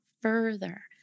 further